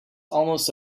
almost